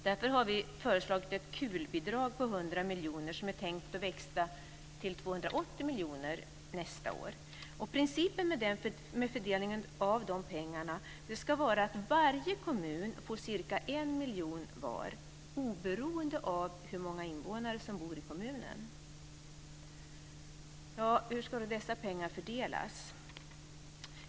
Därför har vi föreslagit ett KUL-bidrag på 100 miljoner, som är tänkt att växa till 280 miljoner nästa år. Principen bakom fördelningen av de pengarna ska vara att varje kommun får ca 1 miljon var oberoende av hur många invånare som bor i kommunen. Hur ska då dessa pengar fördelas?